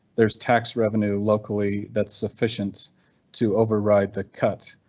there's tax revenue locally that sufficient to override the cut.